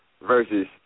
versus